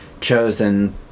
chosen